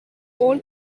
all